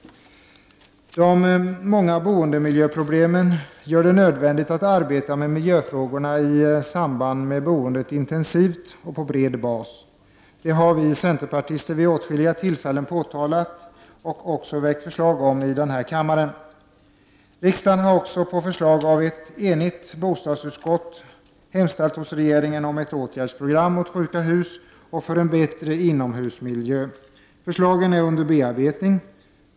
De många boendemiljöproblemen gör det nödvändigt att arbeta med miljöfrågorna i samband med boendet intensivt och på bred bas. Det har vi centerpartister vid åtskilliga tillfällen påtalat och också väckt förslag om i denna kammare. Riksdagen har också på förslag av ett enigt bostadsutskott hemställt hos regeringen om ett åtgärdsprogram mot sjuka hus och för en bättre inomhusmiljö. Förslagen är under bearbetning.